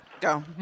Go